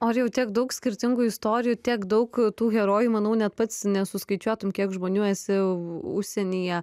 orijau tiek daug skirtingų istorijų tiek daug tų herojų manau net pats nesuskaičiuotum kiek žmonių esi užsienyje